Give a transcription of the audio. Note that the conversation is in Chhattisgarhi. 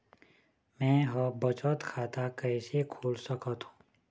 मै ह बचत खाता कइसे खोल सकथों?